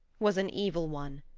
was an evil one,